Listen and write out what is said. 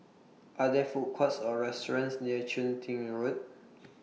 Are There Food Courts Or restaurants near Chun Tin Road